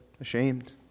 ashamed